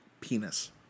penis